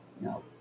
No